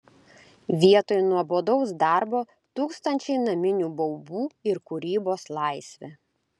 vietoj nuobodaus darbo tūkstančiai naminių baubų ir kūrybos laisvė